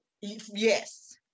Yes